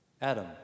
Adam